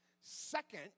Second